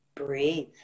Breathe